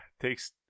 takes